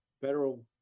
federal